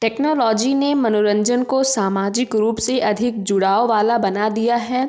technology ने मनोरंजन को सामाजिक रूप से अधिक जुड़ाव वाला बना दिया है